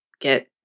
get